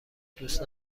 دوست